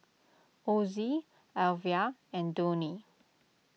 Ozzie Alvia and Donny